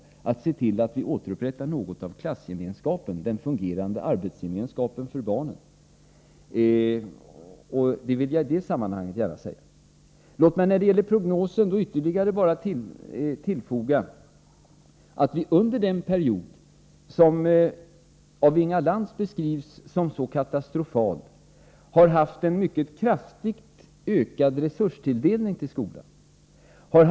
Vi måste se till att vi återupprättar något av klassgemenskapen — den fungerande arbetsgemenskapen för barnen. Låt mig när det gäller prognosen bara ytterligare tillfoga att vi under den period som av Inga Lantz beskrivs som så katastrofal mycket kraftigt har ökat resurstilldelningen till skolan.